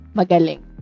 magaling